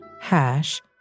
hash